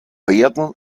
werden